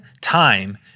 time